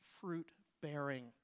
fruit-bearing